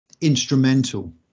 instrumental